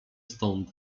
stąd